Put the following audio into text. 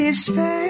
space